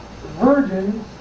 virgins